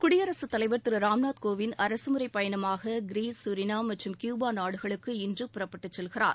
குடியரசு தலைவர் திரு ராம்நாத் கோவிந்த் அரசு முறை பயணமாக கிரீஸ் சூரினாம் மற்றும் கியூபா நாடுகளுக்கு இன்று புறப்பட்டு செல்கிறார்